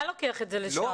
אתה לוקח את זה לשם.